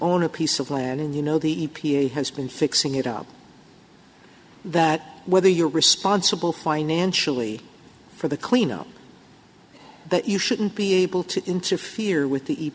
own a piece of land and you know the e p a has been fixing it up that whether you're responsible financially for the cleanup that you shouldn't be able to interfere with the